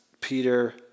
Peter